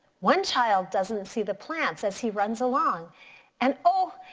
one child doesn't see the plants as he runs along and oh,